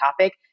topic